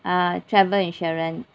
uh travel insurance